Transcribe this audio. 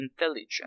intelligent